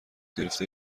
گرفته